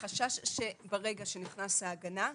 החשש שברגע שנכנסת ההגנה,